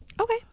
Okay